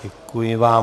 Děkuji vám.